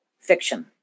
fiction